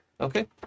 Okay